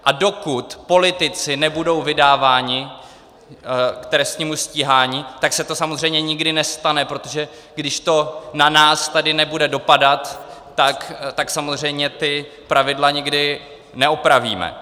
A dokud politici nebudou vydáváni k trestnímu stíhání, tak se to samozřejmě nikdy nestane, protože když to na nás tady nebude dopadat, tak samozřejmě ta pravidla nikdy neopravíme.